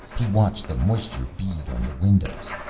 he watched the moisture bead on the windows.